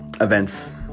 events